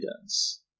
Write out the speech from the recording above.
evidence